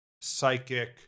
psychic